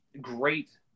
great